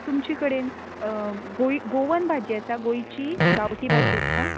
तुमचे कडेन गोवन भाजी आसा गोंयची गांवठी भाजी आसा